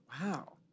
Wow